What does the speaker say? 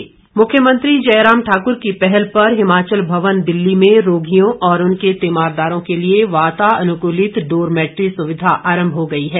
डोरमैट्टी मुख्यमंत्री जयराम ठाकुर की पहल पर हिमाचल भवन दिल्ली में रोगियों और उनके तीमारदारों के लिए वातानुकूलित डोरमैट्री सुविधा आरंभ हो गई है